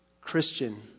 Christian